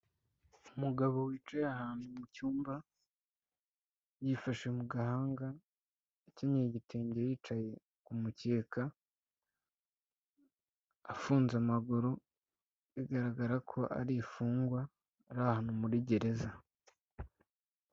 Umugabo wicaye ahantu mu cyumba yifashe mu gahanga akinyeye igitenge yicaye ku mukeka afunze amaguru, bigaragara ko ari imfungwa ari ahantu muri gereza.